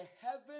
heaven